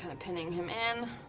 and pinning him in.